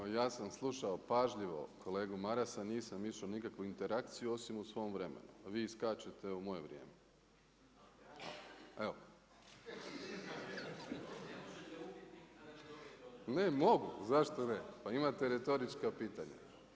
Evo ja sam slušao pažljivo kolegu Marasa, nisam išao u nikakvu interakciju osim u svom vremenu a vi uskačete u moje vrijeme. … [[Upadica se ne razumije.]] Ne, mogu, zašto ne, pa imate retorička pitanja.